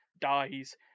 dies